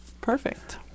Perfect